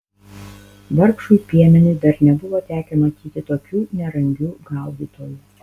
vargšui piemeniui dar nebuvo tekę matyti tokių nerangių gaudytojų